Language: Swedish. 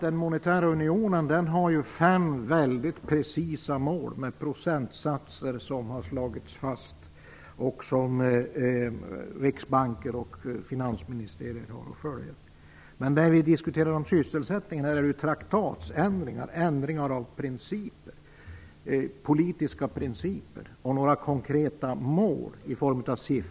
Den monetära unionen har ju fem väldigt exakta mål med procentsatser som har slagits fast, vilka Riksbanker och finansministerier har att följa. Men dom vi diskuterar när det gäller sysselsättningen är traktatsändringar, ändringar av politiska principer och några konkreta mål i form av siffror.